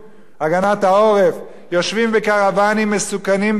מסוכנים ביותר לא בגלל הפצצה האירנית